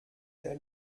der